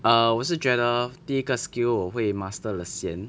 err 我是觉得第一个 skill 我会 master 先